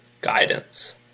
guidance